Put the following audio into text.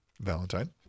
Valentine